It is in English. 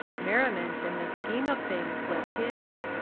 merriment in the scheme of things was his,